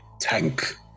tank